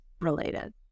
related